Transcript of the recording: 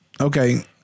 Okay